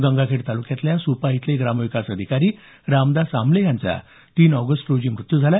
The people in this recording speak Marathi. गंगाखेड तालुक्यातल्या सुपा इथले ग्रामविकास अधिकारी रामदास आमले यांचा तीन ऑगस्ट रोजी मृत्यू झाला